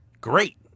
great